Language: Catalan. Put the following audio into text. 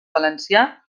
valencià